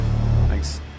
Thanks